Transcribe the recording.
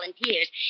volunteers